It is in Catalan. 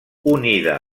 unida